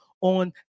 on